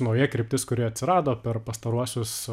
nauja kryptis kuri atsirado per pastaruosius